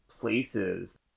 places